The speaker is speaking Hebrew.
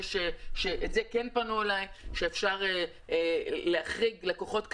בזה כן פנו אליי שאפשר להחריג לקוחות קיימים,